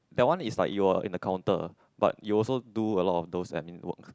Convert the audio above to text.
that one is like you're in a counter but you also do a lot of those admin works